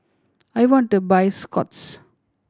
I want to buy Scott's